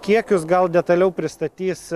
kiekius gal detaliau pristatys